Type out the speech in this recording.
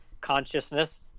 consciousness